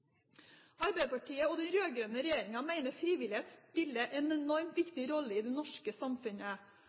Arbeiderpartiet og den rød-grønne regjeringen mener frivilligheten spiller en enormt viktig rolle i det norske samfunnet,